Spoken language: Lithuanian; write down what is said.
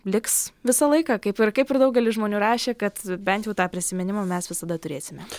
liks visą laiką kaip ir kaip ir daugelis žmonių rašė kad bent jau tą prisiminimą mes visada turėsime